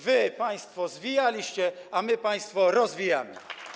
Wy państwo zwijaliście, a my państwo rozwijamy.